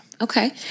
Okay